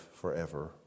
forever